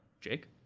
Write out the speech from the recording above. Jake